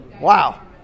Wow